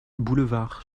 boulevard